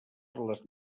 les